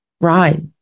Right